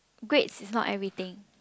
grades is not everything